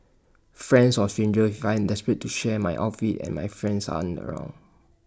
friends or strangers if I am desperate to share my outfit and my friends aren't around